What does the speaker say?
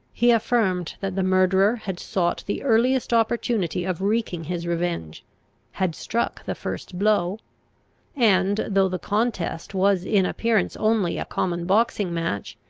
he affirmed that the murderer had sought the earliest opportunity of wreaking his revenge had struck the first blow and, though the contest was in appearance only a common boxing match,